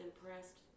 impressed